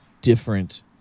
different